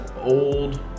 old